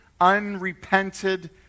unrepented